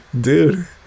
Dude